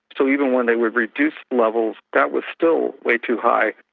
so even when there were reduced levels, that was still way too high.